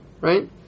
right